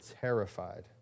terrified